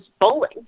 bowling